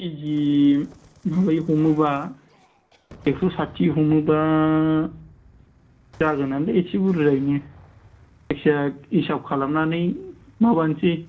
केजि माबायै हमोब्ला एकस' साथि हमोब्ला जागोनानलै एसे बुरजायैनो जायखिया हिसाब खालामनानै माबानसै